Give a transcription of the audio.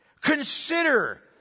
Consider